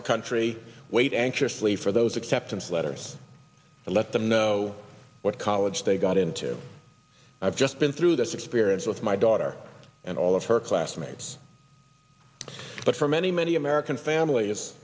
the country wait anxiously for those acceptance letters to let them know what college they got into i've just been through this experience with my daughter and all of her classmates but for many many american family is